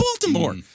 Baltimore